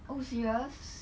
oh serious